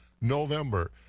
November